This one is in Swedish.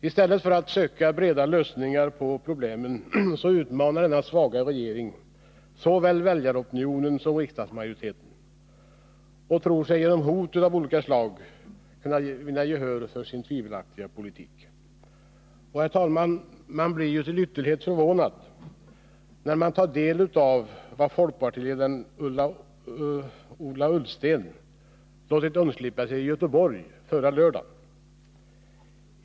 I stället för att söka breda lösningar på problemen utmanar denna svaga regering såväl väljaropinion som riksdagsmajoritet och tror sig genom hot av skilda slag kunna vinna gehör för sin tvivelaktiga politik. Herr talman! Man blir ju till ytterlighet förvånad när man tar del av vad folkpartiledaren Ola Ullsten låtit undslippa sig i Göteborg förra lördagen.